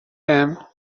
them